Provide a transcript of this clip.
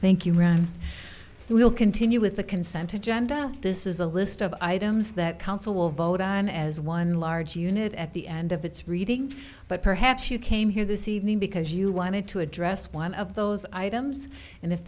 thank you ron we'll continue with the consented genda this is a list of items that council will vote on as one large unit at the end of its reading but perhaps you came here this evening because you wanted to address one of those items and if